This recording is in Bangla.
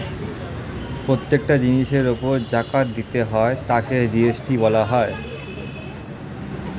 প্রত্যেকটা জিনিসের উপর জাকাত দিতে হয় তাকে জি.এস.টি বলা হয়